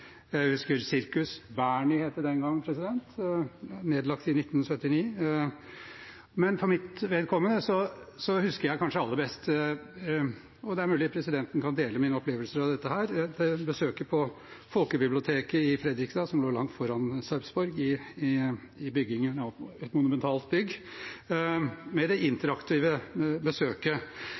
Cirkus Berny het det den gang, nedlagt i 1979. Men for mitt vedkommende husker jeg kanskje aller best – og det er mulig presidenten kan dele mine opplevelser av dette her – besøket på folkebiblioteket i Fredrikstad, som lå langt foran Sarpsborg i byggingen av et monumentalt bygg, med det interaktive besøket.